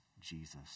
Jesus